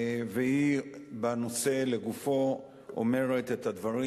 והיא בנושא לגופו אומרת את הדברים